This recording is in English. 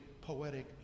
poetic